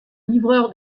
livreur